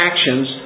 actions